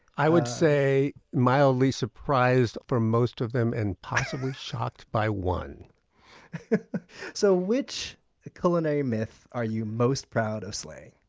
i would say mildly surprised for most of them and possibly shocked by one so which culinary myth are you most proud of slaying?